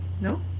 No